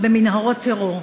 האפשרות שמדובר במנהרות טרור?